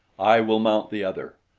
i will mount the other.